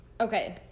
Okay